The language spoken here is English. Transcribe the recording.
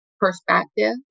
perspective